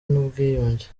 n’ubwiyunge